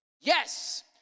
Yes